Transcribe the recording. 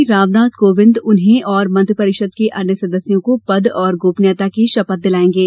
राष्ट्रपति रामनाथ कोविंद उन्हें और मंत्रिपरिषद के अन्य सदस्यों को पद और गोपनीयता की शपथ दिलाएंगे